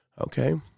Okay